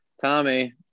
Tommy